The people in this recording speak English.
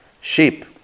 sheep